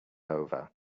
over